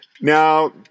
Now